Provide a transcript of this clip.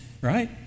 right